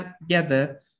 together